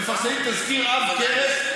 ומפרסמים תזכיר עב כרס,